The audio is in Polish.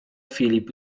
filip